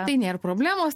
tai nėra problemos